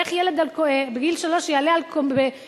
איך ילד בגיל שלוש יעלה במדרגות,